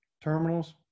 terminals